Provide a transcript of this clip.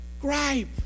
gripe